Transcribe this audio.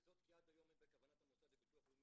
וזאת כי עד היום אין בכוונת המוסד לביטוח לאומי